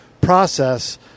process